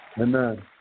Amen